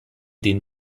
den